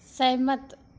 ਸਹਿਮਤ